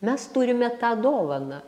mes turime tą dovaną